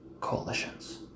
coalitions